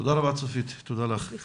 תודה רבה צופית, תודה לך.